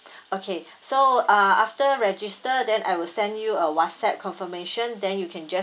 okay so uh after register then I will send you a WhatsApp confirmation then you can just